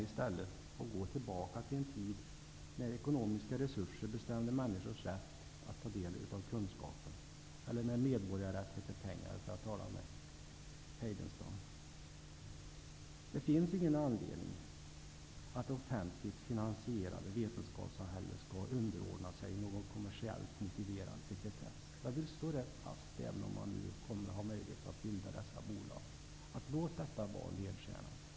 I stället är det att gå tillbaka till en tid då ekonomiska resurser bestämde människors rätt att ta del av kunskapen eller då medborgarrätt hette pengar -- för att tala med Heidenstam. Det finns ingen anledning att det offentligt finansierade vetenskapssamhället skall behöva underordnas någon kommersiellt motiverad sekretess. Låt detta, även om man nu kommer att ha möjlighet att bilda sådana här bolag, vara en ledstjärna!